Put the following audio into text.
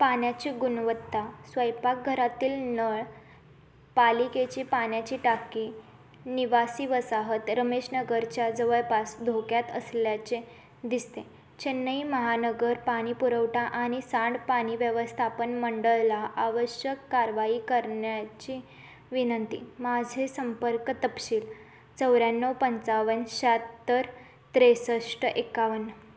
पाण्याची गुणवत्ता स्वयंपाकघरातील नळ पालिकेची पाण्याची टाकी निवासी वसाहत रमेशनगरच्या जवळपास धोक्यात असल्याचे दिसते चेन्नई महानगर पाणी पुरवठा आणि सांडपाणी व्यवस्थापन मंडळला आवश्यक कारवाई करण्याची विनंती माझे संपर्क तपशील चौऱ्याण्णव पंचावन शहात्तर त्रेसष्ट एकावन्न